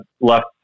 left